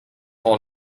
all